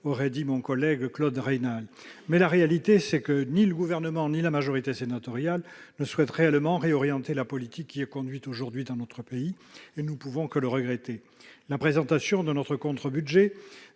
aurait dit mon collègue Claude Raynal. Mais la réalité, c'est que ni le Gouvernement ni la majorité sénatoriale ne souhaitent réellement réorienter la politique conduite aujourd'hui dans notre pays : nous ne pouvons que le regretter. La présentation de notre contre-budget